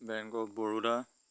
bank of Baroda